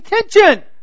attention